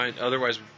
Otherwise